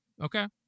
Okay